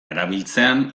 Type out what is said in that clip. erabiltzean